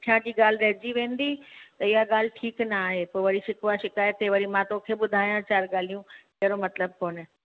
असांजी ॻाल्हि रहिजी वेंदी त इहा ॻाल्हि ठीकु न आहे त पोइ वरी शिकवा शिकायतें पोइ मां वरी तोखे ॿुधायां चारि ॻाल्हियूं अहिड़ो मतिलब कोन्हे